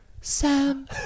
Sam